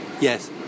yes